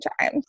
time